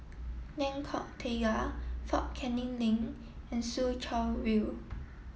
Lengkok Tiga Fort Canning Link and Soo Chow View